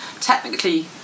technically